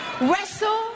Wrestle